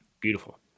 Beautiful